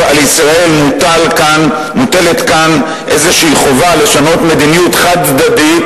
על ישראל מוטלת כאן איזו חובה לשנות מדיניות חד-צדדית,